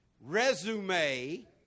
Resume